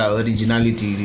originality